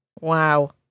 Wow